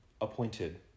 appointed